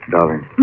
Darling